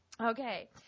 okay